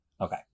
okay